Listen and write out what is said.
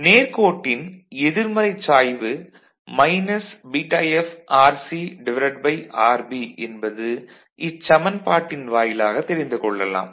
நேர்க்கோட்டின் எதிர்மறை சாய்வு minus βFRCRB என்பது இச்சமன்பாட்டின் வாயிலாக தெரிந்து கொள்ளலாம்